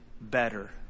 better